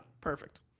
perfect